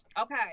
okay